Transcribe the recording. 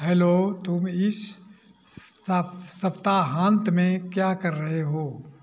hello तुम इस सप्ताहान्त में क्या कर रहे हो